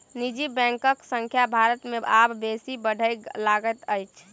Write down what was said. निजी बैंकक संख्या भारत मे आब बेसी बढ़य लागल अछि